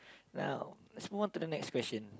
now let's move on to the next question